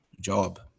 job